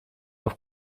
auf